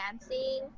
dancing